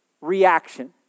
reaction